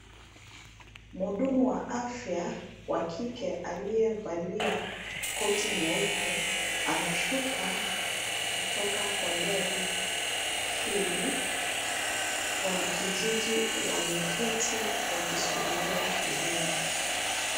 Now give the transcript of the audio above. Muhudumu wa afya wa kike aliyevalia koti nyeupe anashuka kutoka kwa gari hili. Wanakijiji wameketi wakisubiria huduma.